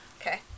Okay